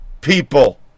people